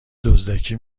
دزدکی